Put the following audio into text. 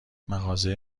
مغازه